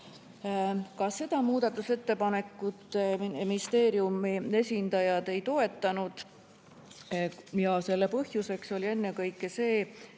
Ka seda muudatusettepanekut ministeeriumi esindajad ei toetanud. Selle põhjus oli ennekõike see,